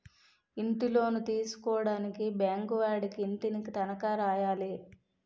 ఇంటిలోను తీసుకోవడానికి బ్యాంకు వాడికి ఇంటిని తనఖా రాయాలి